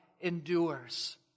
endures